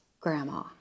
grandma